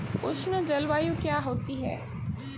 उष्ण जलवायु क्या होती है?